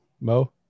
Mo